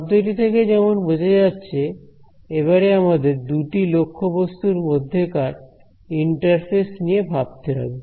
শব্দটি থেকে যেমন বোঝা যাচ্ছে এবারে আমাদের দুটি লক্ষ্যবস্তুর মধ্যেকার ইন্টারফেস নিয়ে ভাবতে হবে